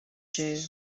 jew